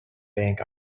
bank